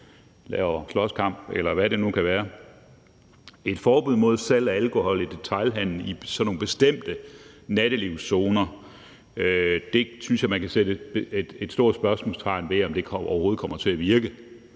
laver slåskamp, eller hvad det nu kan være. Et forbud mod salg af alkohol i detailhandelen i sådan nogle bestemte nattelivszoner synes jeg man kan sætte et stort spørgsmålstegn ved om overhovedet kommer til at virke.